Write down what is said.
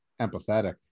empathetic